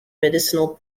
medicinal